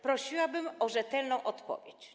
Prosiłabym o rzetelną odpowiedź.